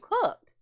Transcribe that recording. cooked